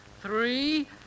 three